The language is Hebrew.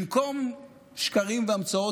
במקום שקרים והמצאות,